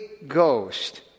ghost